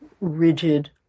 rigid